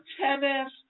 tennis